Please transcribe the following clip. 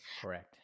Correct